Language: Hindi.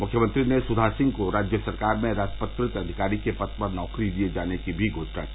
मुख्यमंत्री ने सुधा सिंह को राज्य सरकार में राजपत्रित अधिकारी के पद पर नौकरी दिये जाने की घोशणा भी की